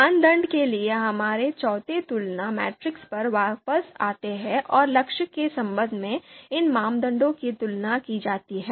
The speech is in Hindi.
मानदंड के लिए हमारे चौथे तुलना मैट्रिक्स पर वापस आते हैं और लक्ष्य के संबंध में इन मानदंडों की तुलना की जाती है